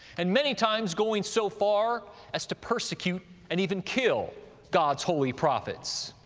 and many times going so far as to persecute and even kill god's holy prophets.